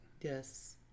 yes